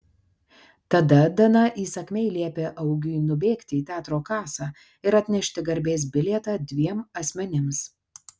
tada dana įsakmiai liepė augiui nubėgti į teatro kasą ir atnešti garbės bilietą dviem asmenims